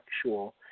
actual